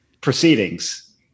proceedings